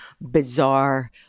bizarre